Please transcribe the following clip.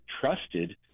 trusted